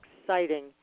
exciting